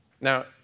Now